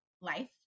life